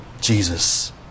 Jesus